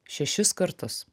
šešis kartus